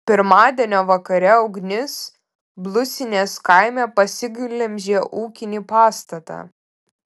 pirmadienio vakare ugnis blusinės kaime pasiglemžė ūkinį pastatą